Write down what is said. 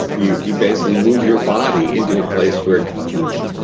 you you basically move your body into a place where it can function.